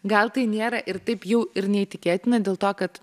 gal tai nėra ir taip jau ir neįtikėtina dėl to kad